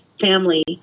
family